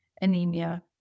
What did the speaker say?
anemia